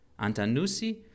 Antanusi